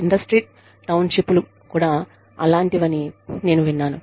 industry టౌన్షిప్లు కూడా అలాంటివని నేను విన్నాను